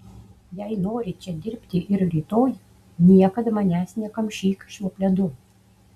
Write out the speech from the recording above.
jei nori čia dirbti ir rytoj niekad manęs nekamšyk šiuo pledu